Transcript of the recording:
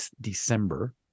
December